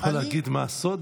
אתה יכול להגיד מה הסוד,